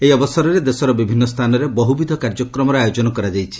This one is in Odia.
ଏହି ଅବସରରେ ଦେଶର ବିଭିନ୍ନ ସ୍ଥାନରେ ବହୁବିଧ କାର୍ଯ୍ୟକ୍ରମର ଆୟୋଜନ କରାଯାଇଛି